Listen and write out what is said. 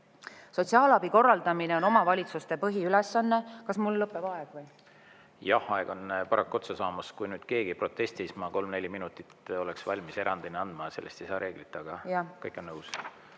Sotsiaalabi korraldamine on omavalitsuste põhiülesanne. Kas mul lõpeb aeg või? Jah, aeg on paraku otsa saamas. Kui nüüd keegi ei protesti, siis ma kolm kuni neli minutit olen valmis erandina andma. Sellest ei saa reeglit, aga … Kõik on nõus.